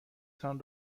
تان